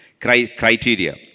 criteria